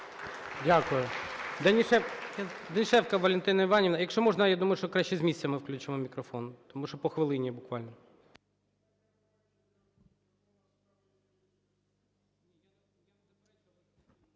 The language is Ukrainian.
Дякую. Данішевська Валентина Іванівна. Якщо можна, я думаю, що краще з місця ми включимо мікрофон, тому що по хвилині буквально.